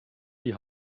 die